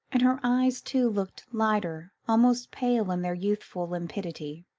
and her eyes too looked lighter, almost pale in their youthful limpidity.